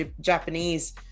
Japanese